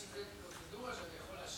יש איזו פרוצדורה שבה אני יכול להשיב?